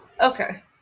okay